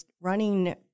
Running